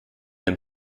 ein